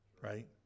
Right